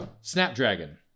Snapdragon